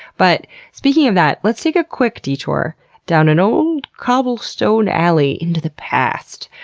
but speaking of that let's take a quick detour down an old cobblestone alley, into the past.